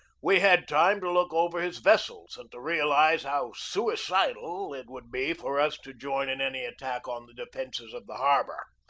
we had time to look over his vessels and to realize how suicidal it would be for us to join in any attack on the defences of the harbor.